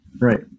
Right